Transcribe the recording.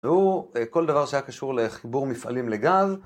והוא, כל דבר שהיה קשור לחיבור מפעלים לגז.